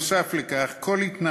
ונוסף על כך, שכל ההתנהגות